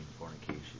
fornication